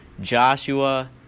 Joshua